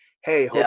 hey